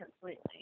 completely